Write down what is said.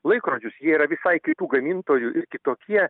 laikrodžius jie yra visai kitų gamintojų ir kitokie